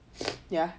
ya